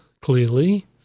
clearly